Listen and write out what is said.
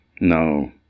No